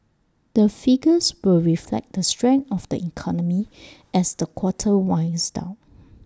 the figures will reflect the strength of the economy as the quarter winds down